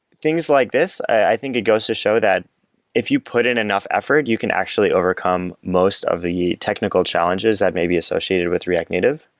things like this, i think it goes to show that if you put in enough effort, you can actually overcome most of the technical challenges that may be associated with react native.